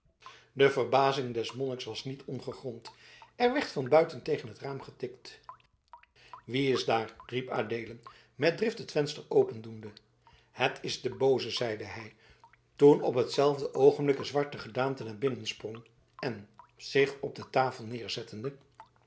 de verbazing des monniks was niet ongegrond er werd van buiten tegen het raam getikt wie is daar riep adeelen met drift het venster opendoende het is de booze zeide hij toen op hetzelfde oogenblik een zwarte gedaante naar binnen sprong en zich op de tafel neerzettende